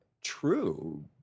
true